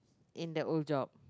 in the old job